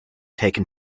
taken